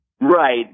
Right